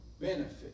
benefit